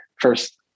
first